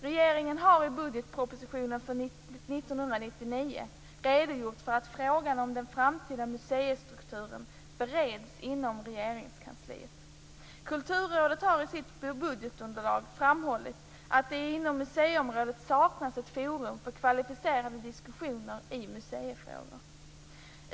Regeringen har i budgetpropositionen för 1999 redogjort för att frågan om den framtida museistrukturen bereds inom Regeringskansliet. Kulturrådet har i sitt budgetunderlag framhållit att det inom museiområdet saknas ett forum för kvalificerade diskussioner i museifrågor.